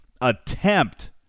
attempt